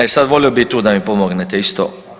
E sad volio bi i tu da mi pomognete isto.